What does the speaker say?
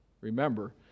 Remember